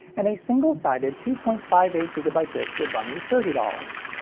and a single-sided two point five eight gigabyte disc would run you thirty dollars.